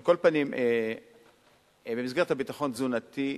על כל פנים, במסגרת הביטחון התזונתי,